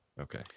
okay